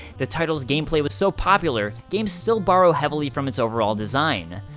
the title's gameplay was so popular, game's still borrow heavily from its overall design.